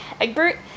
Egbert